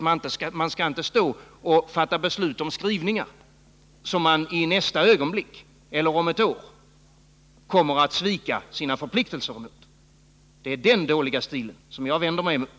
Man skall inte fatta beslut om skrivningar som man vet att man om ett år kommer att svika sina förpliktelser emot. Det är den dåliga stilen som jag vänder mig emot.